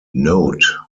note